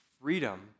freedom